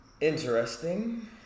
Interesting